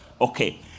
Okay